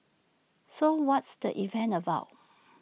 so what's the event about